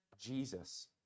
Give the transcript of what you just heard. Jesus